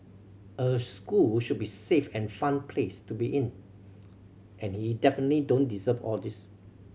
a school should be safe and fun place to be in and he definitely don't deserve all these